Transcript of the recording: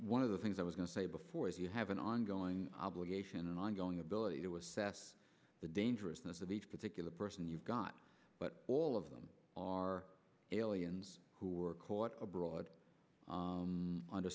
one of the things i was going to say before is you have an ongoing obligation an ongoing ability to assess the dangerousness of each particular person you've got but all of them are aliens who were caught abroad under